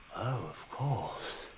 of course!